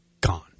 Gone